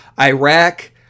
Iraq